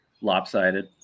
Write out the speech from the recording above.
lopsided